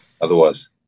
otherwise